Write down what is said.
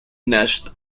nest